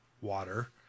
water